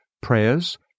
prayers